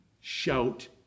shout